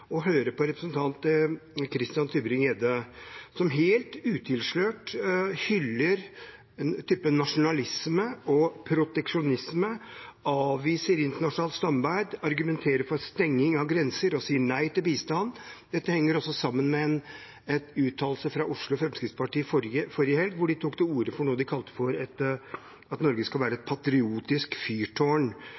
høre på representanten Christian Tybring-Gjedde, som helt utilslørt hyller en type nasjonalisme og proteksjonisme, avviser internasjonalt samarbeid, argumenterer for stenging av grenser og sier nei til bistand. Dette henger også sammen med en uttalelse fra Oslo Fremskrittsparti forrige helg hvor de tok til orde for at Norge skal være et patriotisk fyrtårn.